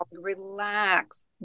relax